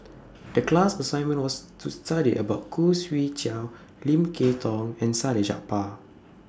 The class assignment was to study about Khoo Swee Chiow Lim Kay Tong and Salleh Japar